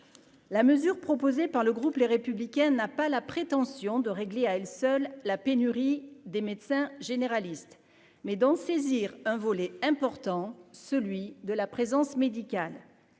la mesure proposée par le groupe Les Républicains, n'a pas la prétention de régler à elle seule la pénurie des médecins généralistes, mais d'en saisir un volet important, celui de la présence médicale,